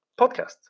Podcast